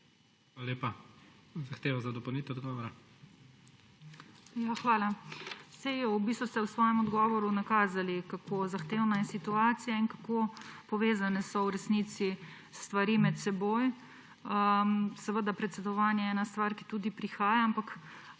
lepa. Zahteva za dopolnitev odgovora. JANJA SLUGA (PS SMC): Hvala. Saj v bistvu ste v svojem odgovoru nakazali, kako zahtevna je situacija in kako povezane so v resnici stvari med seboj. Seveda predsedovanje je ena stvar, ki tudi prihaja. Ampak